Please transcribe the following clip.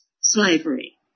slavery